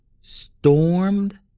stormed